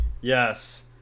Yes